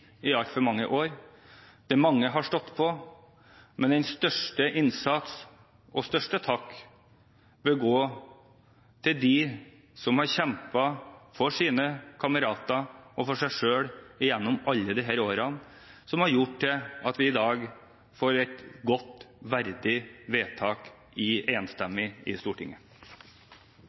i altfor mange år. Mange har stått på, men den største innsats og den største takk bør gå til dem som har kjempet for sine kamerater og for seg selv gjennom alle disse årene, som har gjort at vi i dag får et godt, verdig, enstemmig vedtak i Stortinget. Flere har ikke bedt om ordet til sak nr. 21. Vi behandler i